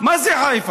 מה זה חיפה?